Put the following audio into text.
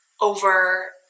over